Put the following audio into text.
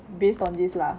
based on this lah